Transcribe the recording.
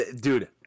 Dude